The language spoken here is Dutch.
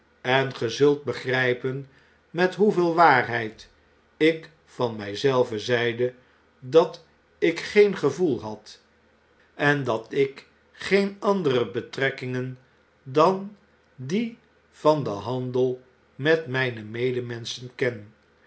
en ge zult begrijpen met hoeveel waarheid ik van mij zelven zeide dat ik geen gevoel had en dat ik geene andere betrekkingen dat die van den handel met mijne medemenschen ken